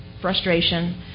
frustration